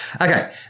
Okay